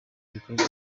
bikorwa